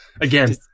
again